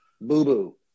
Boo-boo